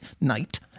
night